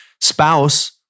spouse